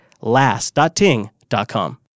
Last.ting.com